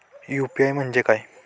UPI म्हणजे काय?